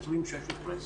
דולר,